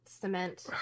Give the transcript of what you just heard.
cement